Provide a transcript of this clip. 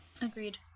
Agreed